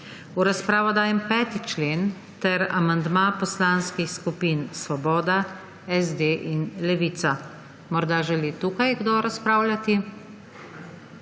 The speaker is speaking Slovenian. V razpravo dajem 5. člen ter amandma poslanskih skupin Svoboda, SD in Levica. Želi morda tukaj kdo razpravljati?